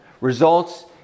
results